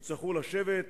יצטרכו לשבת,